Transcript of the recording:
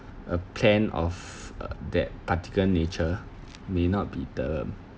a plan of uh that particular nature may not be the